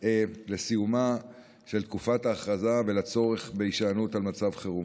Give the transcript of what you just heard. לסיומה של תקופת ההכרזה ולצורך בהישענות על מצב חירום.